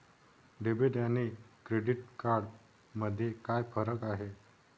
Debit आणि credit card मध्ये काय फरक आहे?